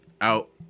out